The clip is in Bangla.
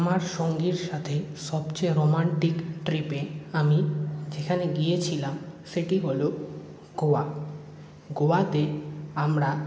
আমার সঙ্গীর সাথে সবচেয়ে রোমান্টিক ট্রিপে আমি যেখানে গিয়েছিলাম সেটি হল গোয়া গোয়াতে আমরা